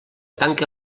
tanque